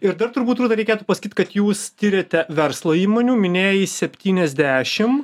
ir dar turbūt rūta reikėtų pasakyt kad jūs tiriate verslo įmonių minėjai septyniasdešim